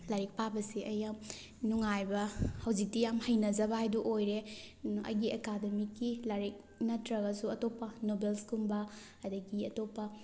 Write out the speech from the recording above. ꯂꯥꯏꯔꯤꯛ ꯄꯥꯕꯁꯦ ꯑꯩ ꯌꯥꯝ ꯅꯨꯡꯉꯥꯏꯕ ꯍꯧꯖꯤꯛꯇꯤ ꯌꯥꯝ ꯍꯩꯅꯖꯕ ꯍꯥꯏꯕꯗꯨ ꯑꯣꯏꯔꯦ ꯑꯩꯒꯤ ꯑꯦꯀꯥꯗꯦꯃꯤꯛꯀꯤ ꯂꯥꯏꯔꯤꯛ ꯅꯠꯇ꯭ꯔꯒꯁꯨ ꯑꯇꯣꯞꯄ ꯅꯣꯕꯦꯜꯁ ꯀꯨꯝꯕ ꯑꯗꯒꯤ ꯑꯇꯣꯞꯄ